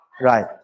right